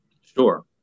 Sure